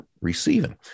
receiving